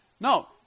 no